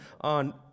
on